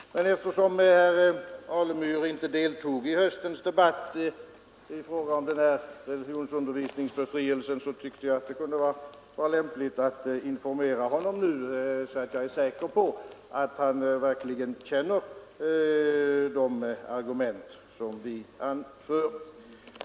Men eftersom herr Alemyr inte deltog i höstens debatt om den här befrielsen från religionsundervisning tyckte jag att det kunde vara lämpligt att informera honom nu, så att jag är säker på att han verkligen känner de argument som vi anför.